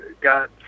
got